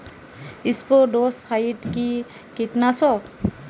স্পোডোসাইট কি কীটনাশক?